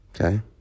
Okay